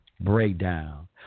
breakdown